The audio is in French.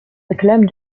réclame